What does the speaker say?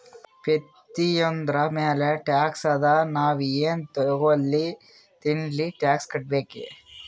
ಪ್ರತಿಯೊಂದ್ರ ಮ್ಯಾಲ ಟ್ಯಾಕ್ಸ್ ಅದಾ, ನಾವ್ ಎನ್ ತಗೊಲ್ಲಿ ತಿನ್ಲಿ ಟ್ಯಾಕ್ಸ್ ಕಟ್ಬೇಕೆ